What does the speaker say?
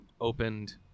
opened